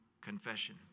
confession